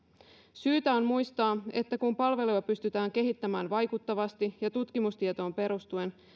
syytä on muistaa että kun palveluja pystytään kehittämään vaikuttavasti ja tutkimustietoon perustuen